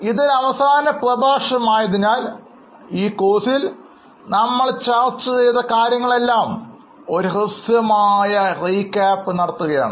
ഇത് ഒരു അവസാനം പ്രഭാഷണം ആയതിനാൽ ഈ കോഴ്സിൽ നമ്മൾ ചർച്ച ചെയ്ത കാര്യങ്ങളെല്ലാം ഒരു ഹ്രസ്വമായ റീ ക്യാപ് നമ്മൾ നടത്തുകയാണ്